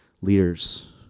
leaders